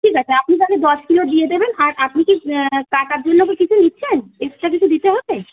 ঠিক আছে আপনি তাহলে দশ কিলো দিয়ে দেবেন আর আপনি কি কাটার জন্য কি কিছু নিচ্ছেন এক্সট্রা কিছু দিতে হবে